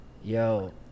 yo